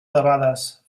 debades